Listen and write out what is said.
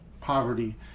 poverty